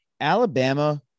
Alabama